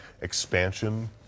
expansion